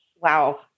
Wow